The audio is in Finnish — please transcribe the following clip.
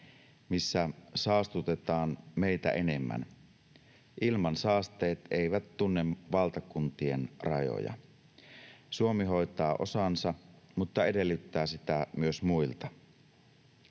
missä saastutetaan meitä enemmän. Ilmansaasteet eivät tunne valtakuntien rajoja. Suomi hoitaa osansa mutta edellyttää sitä myös muilta.